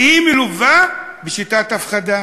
והיא מלווה בשיטת הפחדה: